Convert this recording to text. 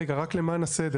רגע, רק למען הסדר.